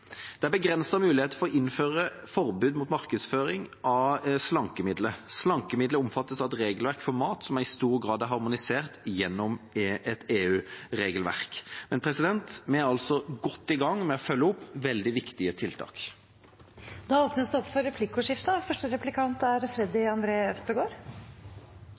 Det er begrensede muligheter for å innføre forbud markedsføring av slankemidler. Slankemidler omfattes av et regelverk for mat som i stor grad er harmonisert gjennom et EU-regelverk. Men vi er godt i gang med å følge opp veldig viktige tiltak. Det blir replikkordskifte. Jeg ville bare benytte muligheten, siden statsråden er her og vi snakker om dette viktige temaet. Det er